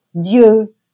Dieu